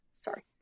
Sorry